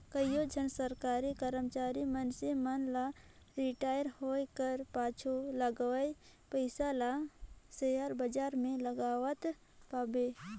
कइयो झन सरकारी करमचारी मइनसे मन ल रिटायर होए कर पाछू मिलोइया पइसा ल सेयर बजार में लगावत पाबे